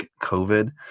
COVID